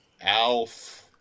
Alf